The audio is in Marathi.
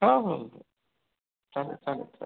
हो हो चालेल चालेल चालेल